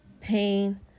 pain